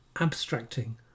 abstracting